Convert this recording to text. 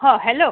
ह हॅलो